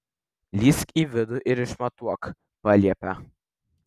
lįsk į vidų ir išmatuok paliepia